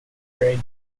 grade